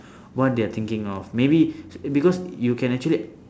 what they are thinking of maybe because you can actually